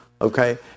Okay